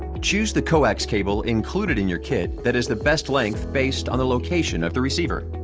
choose the coax cable included in your kit that is the best length based on the location of the receiver.